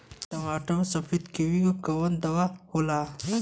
टमाटर पे सफेद क्रीमी के कवन दवा होला?